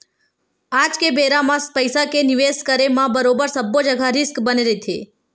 आज के बेरा म पइसा के निवेस करे म बरोबर सब्बो जघा रिस्क बने रहिथे